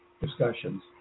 discussions